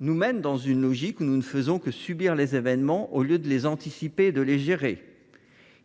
nous enferme dans une logique où nous ne faisons que subir les événements, au lieu de les anticiper et de les gérer.